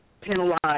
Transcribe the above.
penalized